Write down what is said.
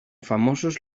famosos